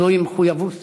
זוהי מחויבות